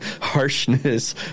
harshness